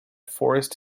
forest